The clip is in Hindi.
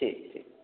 ठीक ठीक